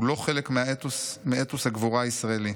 הוא לא חלק מאתוס הגבורה הישראלי.